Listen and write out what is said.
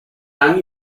hang